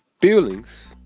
feelings